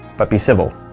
but be civil.